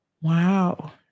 Wow